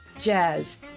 jazz